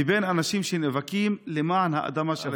לבין אנשים שנאבקים למען האדמה שלהם.